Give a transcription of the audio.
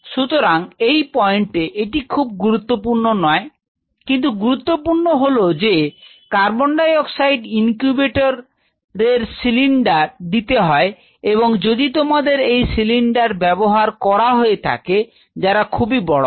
সুতরাং এই পয়েন্টে এটি খুব গুরুত্বপূর্ণ নয় কিন্তু গুরুত্বপূর্ণ হলো যে কার্বন ডাই অক্সাইড ইনকিউবেটর রে সিলিন্ডার দিতে হয় এবং যদি তোমাদের এই সিলিন্ডার ব্যবহার করা হয়ে থাকে যারা খুবই বড় হয়